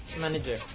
Manager